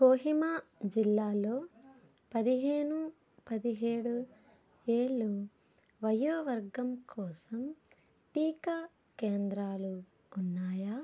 కొహిమా జిల్లాలో పదిహేను పదిహేడు ఏళ్ళు వయోవర్గం కోసం టీకా కేంద్రాలు ఉన్నాయా